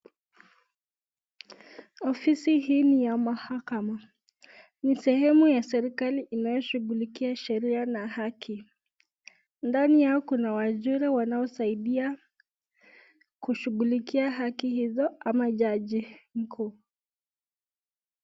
Ofisi hii ni ya mahakama ni sehemu ya serkali inayo shugulikia sheria na haki, ndani yao kuna wajiri wanaosaidia kushughulikia haki hizo ama jaji mkuu.